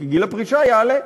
כי גיל הפרישה יעלה,